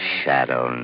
shadow